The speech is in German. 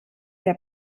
der